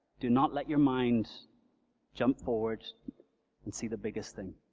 do not let your mind jump forward and see the biggest thing.